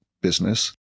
business